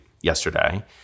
yesterday